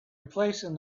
replacing